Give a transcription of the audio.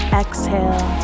exhale